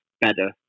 better